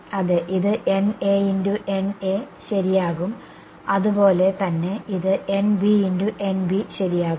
അതെ ഇത് ശരിയാകും അതുപോലെ തന്നെ ഇത് ശരിയാകും